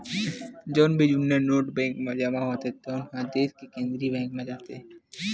जउन भी जुन्ना नोट बेंक म जमा होथे तउन ह देस के केंद्रीय बेंक म जाथे